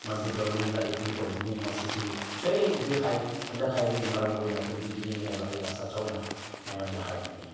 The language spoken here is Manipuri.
ꯃꯅꯤꯄꯨꯔ ꯒꯣꯕꯔꯃꯦꯟꯗ ꯑꯦꯄꯤꯜ ꯇꯧꯕꯅꯤ ꯃꯁꯤꯁꯤ ꯁꯣꯏꯗꯕꯤ ꯍꯟꯗꯛ ꯍꯥꯏꯕꯒꯤ ꯃꯔꯝ ꯑꯣꯏꯅ ꯇꯧꯕꯤꯒꯅꯤ ꯍꯥꯏꯕ ꯑꯩꯒꯤ ꯑꯁꯥ ꯆꯥꯎꯅ ꯃꯌꯥꯝꯗ ꯍꯥꯏꯔꯤꯕꯅꯤ